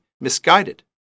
misguided